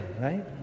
right